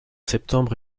septembre